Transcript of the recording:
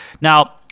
Now